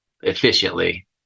efficiently